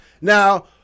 now